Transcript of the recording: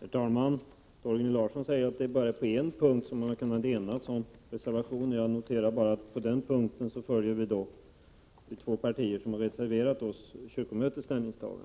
Herr talman! Torgny Larsson säger att det bara är på en punkt som man har kunnat enas om reservation. Jag noterar att på den punkten följer vi som har reserverat oss — från två partier — kyrkomötets ställningstagande.